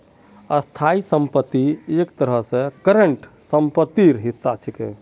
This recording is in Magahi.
स्थाई संपत्ति एक तरह स करंट सम्पत्तिर हिस्सा छिके